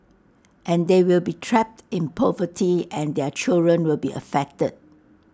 and they will be trapped in poverty and their children will be affected